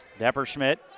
Depperschmidt